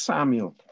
Samuel